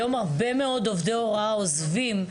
היום הרבה מאוד עובדי הוראה עוזבים.